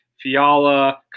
Fiala